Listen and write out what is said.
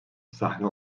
sahne